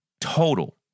total